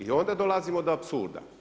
I onda dolazimo do apsurda.